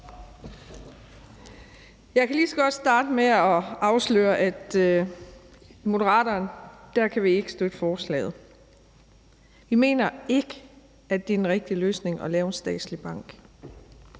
Jeg kan lige så godt starte med at afsløre, at i Moderaterne kan vi ikke støtte forslaget. Vi mener ikke, at det er den rigtige løsning at lave en statslig bank.